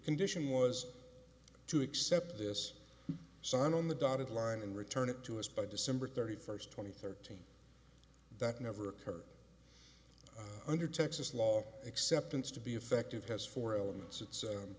condition was to accept this sign on the dotted line and return it to us by december thirty first twenty thirteen that never occurred under texas law acceptance to be effective has four elements it's